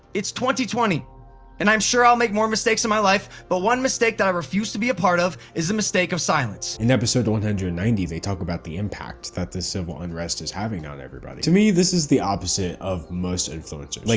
twenty twenty and i'm sure i'll make more mistakes in my life, but one mistake that i refused to be a part of is the mistake of silence. in episode one hundred and ninety, they talk about the impact that this civil unrest is having on everybody. to me, this is the opposite of most influencers. like